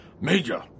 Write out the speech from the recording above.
Major